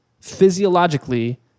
physiologically